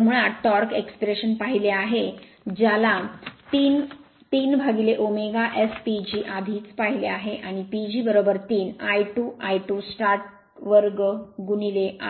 तर मुळात टॉर्क एक्स्प्रेशनने पाहिले आहे ज्याला 3 3ω SPGआधीच पाहिले आहे आणि PG 3 i 2 I 2 start 2